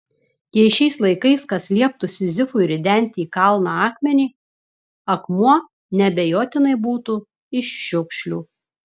jei šiais laikais kas lieptų sizifui ridenti į kalną akmenį akmuo neabejotinai būtų iš šiukšlių